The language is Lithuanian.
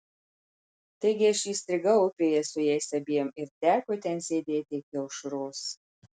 taigi aš įstrigau upėje su jais abiem ir teko ten sėdėti iki aušros